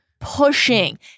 pushing